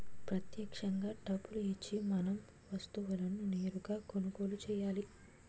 ప్రత్యక్షంగా డబ్బులు ఇచ్చి మనం వస్తువులను నేరుగా కొనుగోలు చేయాలి